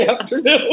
afternoon